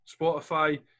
Spotify